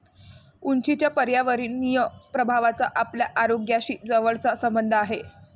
उंचीच्या पर्यावरणीय प्रभावाचा आपल्या आरोग्याशी जवळचा संबंध आहे